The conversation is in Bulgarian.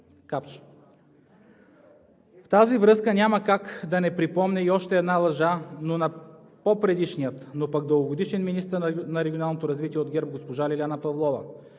В тази връзка няма как да не припомня и още една лъжа, на по-предишния, но пък дългогодишен министър на регионалното развитие от ГЕРБ госпожа Лиляна Павлова,